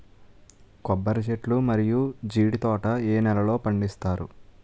కొబ్బరి చెట్లు మరియు జీడీ తోట ఏ నేలల్లో పండిస్తారు?